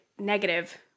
negative